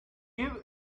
give